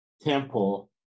Temple